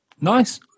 nice